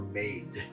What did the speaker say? made